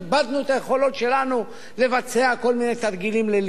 היכולות שלנו לבצע כל מיני תרגילים ליליים כאלה.